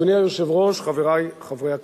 אדוני היושב-ראש, חברי חברי הכנסת,